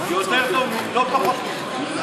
יותר טוב, לא פחות מזה.